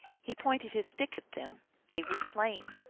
he pointed his stick at them they were slain.